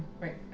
Right